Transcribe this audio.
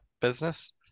business